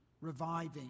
reviving